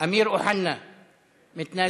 אמיר אוחנה מתנאזל,